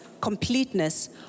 completeness